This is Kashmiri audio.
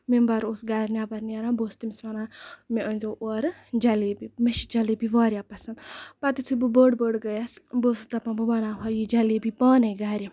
میمبر اوس گرِ نیبر نیران بہٕ اوسٕس تٔمِس وَنان مےٚ أنزیو اورٕ جلیبی مےٚ چھِ جلیبی واریاہ پَسند پَتہٕ یِتھُے بہٕ بٔڑ بٔڑ گیَس بہٕ ٲسٕس دَپان بہٕ بَناوٕ ہا یہِ جلیبی پانَے گرِ